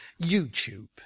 YouTube